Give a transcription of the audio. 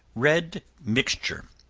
red mixture,